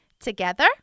Together